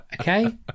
Okay